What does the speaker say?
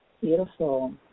Beautiful